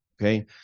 okay